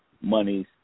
monies